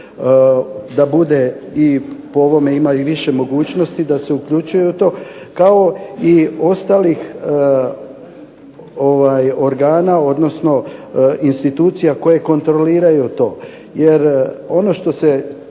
da bude i po ovome imaju više mogućnosti da se uključuju u to, kao i ostalih organa, odnosno institucija koje kontroliraju to.